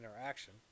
interaction